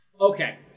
Okay